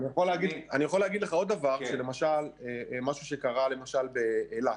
אני יכול להגיד לך עוד דבר, משהו שקרה למשל באילת.